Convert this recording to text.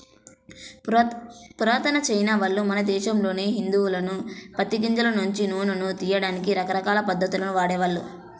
పురాతన చైనావాళ్ళు, మన దేశంలోని హిందువులు పత్తి గింజల నుంచి నూనెను తియ్యడానికి రకరకాల పద్ధతుల్ని వాడేవాళ్ళు